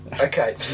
Okay